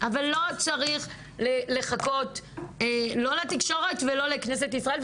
אבל לא צריך לחכות לא לתקשורת ולא לכנסת ישראל.